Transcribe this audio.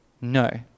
No